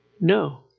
No